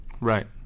right